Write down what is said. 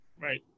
right